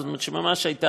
זאת אומרת, היא ממש הייתה